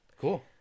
Cool